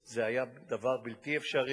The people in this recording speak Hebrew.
זה היה דבר בלתי אפשרי